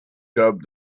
dubbed